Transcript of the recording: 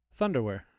Thunderwear